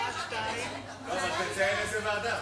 תציין איזו ועדה.